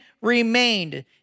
remained